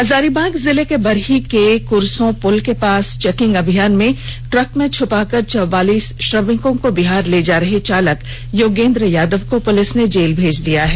हजारीबाग जिले के बरही के करसों पुल के पास चेकिंग अभियान में ट्रक में छिपा कर चौवालीस श्रमिकों को बिहार ले जा रहे चालक योगेंद्र यादव को पुलिस ने जेल भेज दिया है